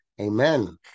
amen